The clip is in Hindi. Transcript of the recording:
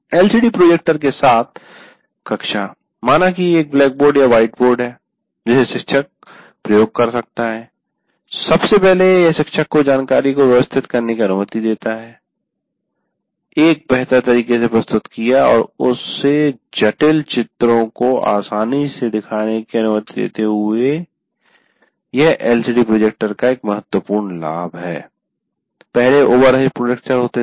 एलसीडी प्रोजेक्टर के साथ कक्षा माना कि एक ब्लैकबोर्ड या एक व्हाइटबोर्ड है जिसे शिक्षक प्रयोग कर सकता है सबसे पहले यह शिक्षक को जानकारी को व्यवस्थित करने की अनुमति देता है एक बेहतर तरीके से प्रस्तुत किया और उसे जटिल चित्रों को आसानी से दिखाने की अनुमति देता है यह एलसीडी प्रोजेक्टर का महत्वपूर्ण लाभ है पहले ओवरहेड प्रोजेक्टर होते थे